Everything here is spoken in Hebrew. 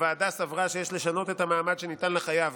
הוועדה סברה שיש לשנות את המעמד שניתן לחייב